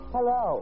Hello